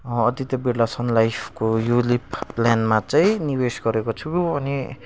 Aditya Birla Sun लाइफको ULIP प्लानमा चाहिँ निवेस गरेको छु अनि